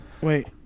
Wait